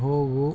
ಹೋಗು